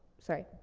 sorry.